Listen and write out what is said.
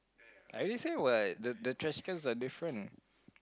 I already say what the the trash cans are different